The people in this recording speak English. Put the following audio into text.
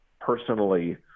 personally